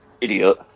idiot